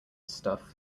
stuff